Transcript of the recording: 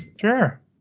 Sure